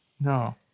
No